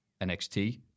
NXT